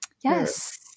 Yes